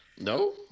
no